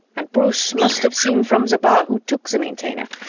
and bruce must have seen from the bar who took the maintainer,